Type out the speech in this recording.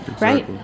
Right